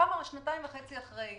היא קמה רק שנתיים וחצי אחרי.